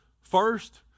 First